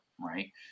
right